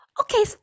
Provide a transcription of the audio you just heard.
okay